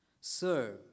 Sir